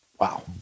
Wow